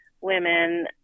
women